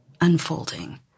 Unfolding